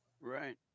Right